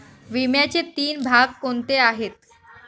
विम्याचे तीन भाग कोणते आहेत?